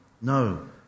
No